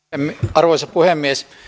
arvoisa puhemies